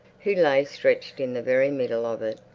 who lay stretched in the very middle of it.